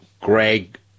greg